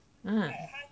ah